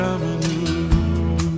Avenue